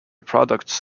products